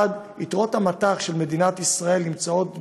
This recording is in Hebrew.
אחד, יתרות המט"ח של מדינת ישראל נמצאות בשיא: